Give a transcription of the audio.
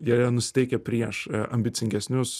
joje nusiteikę prieš ambicingesnius